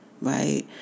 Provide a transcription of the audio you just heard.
right